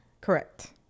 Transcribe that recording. correct